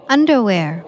Underwear